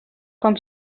com